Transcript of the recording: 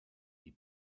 die